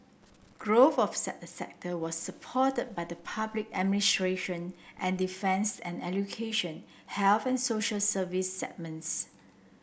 growth of sector was supported by the public administration and defence and education health and social services segments